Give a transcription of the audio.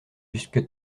jusque